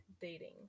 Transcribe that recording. dating